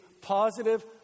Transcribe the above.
positive